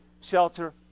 shelter